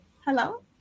hello